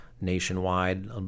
Nationwide